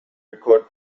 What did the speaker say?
record